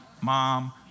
mom